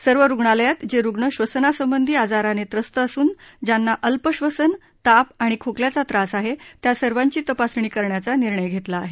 सर्व रुग्णालयात जे रुग्ण श्वसनासंबंधी आजाराने त्रस्त असून ज्यांना अल्पश्वसन ताप आणि खोकल्याचा त्रास आहे त्या सर्वांची तपासणी करण्याचा निर्णय घेतला आहे